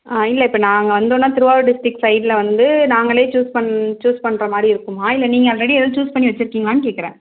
இல்லை இப்போ நாங்கள் வந்தோன்னே திருவாரூர் டிஸ்ட்ரிக் சைடில் வந்து நாங்களே சூஸ் சூஸ் பண்ணுற மாதிரி இருக்குமா இல்லை நீங்கள் ஆல்ரெடி ஏதும் சூஸ் பண்ணி வச்சுருக்கீங்களானு கேட்குறேன்